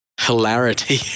hilarity